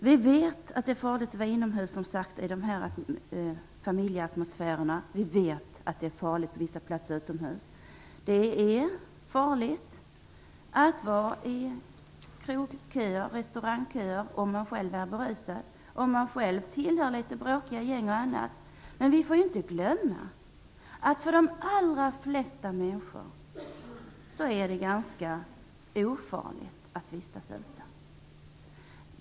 Vi vet, som sagt, att det är farligt att vara inomhus i den här familjeatmosfären. Vi vet att det är farligt på vissa platser utomhus. Det är farligt att befinna sig i restaurangköer om man själv är berusad, om man själv tillhör gäng som är litet bråkiga m.m. Vi får inte glömma att för de allra flesta människor är det ganska ofarligt att vistas ute.